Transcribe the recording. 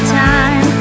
time